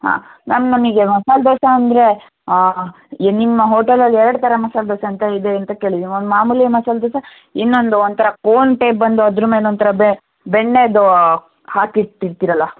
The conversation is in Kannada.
ಹಾಂ ಮ್ಯಾಮ್ ನಮಗೆ ಮಸಾಲೆ ದೋಸೆ ಅಂದರೆ ನಿಮ್ಮ ಹೋಟೆಲಲ್ಲಿ ಎರಡು ಥರ ಮಸಾಲೆ ದೋಸೆ ಅಂತ ಇದೆ ಅಂತ ಕೇಳಿದ್ದೀನಿ ಒಂದು ಮಾಮೂಲಿ ಮಸಾಲೆ ದೋಸೆ ಇನ್ನೊಂದು ಒಂಥರ ಕೋನ್ ಟೈಪ್ ಬಂದು ಅದ್ರ ಮೇಲೊಂಥರ ಬೆ ಬೆಣ್ಣೆದು ಹಾಕಿಟ್ಟಿರ್ತಿರಲ್ಲ